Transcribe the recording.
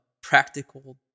practical